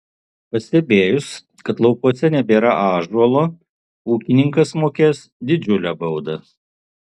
pastebėjus kad laukuose nebėra ąžuolo ūkininkas mokės didžiulę baudą